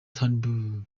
turnbull